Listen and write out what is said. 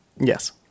Yes